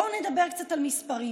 בואו נדבר קצת על מספרים: